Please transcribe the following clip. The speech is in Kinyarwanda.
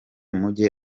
mujye